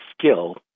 skill